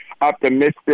optimistic